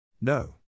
No